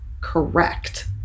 correct